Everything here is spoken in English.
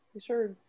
Sure